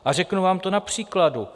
A řeknu vám to na příkladu.